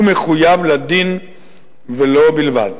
ומחויב לדין ולו בלבד.